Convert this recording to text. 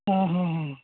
ಹಾಂ ಹಾಂ ಹಾಂ